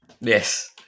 yes